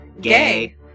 Gay